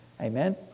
Amen